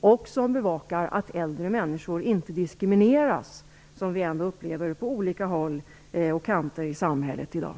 Det gäller också att någon bevakar att äldre människor inte diskrimineras, något som vi upplever på många olika håll i samhället i dag.